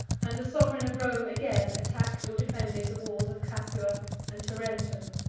and the sovereign of rome again attacked or defended the walls of capua and tarentum.